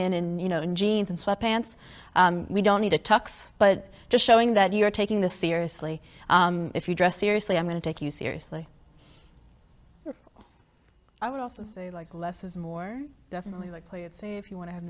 in and you know in jeans and sweat pants we don't need a tux but just showing that you're taking this seriously if you dress seriously i'm going to take you seriously i would also say like less is more definitely like play it say if you want to have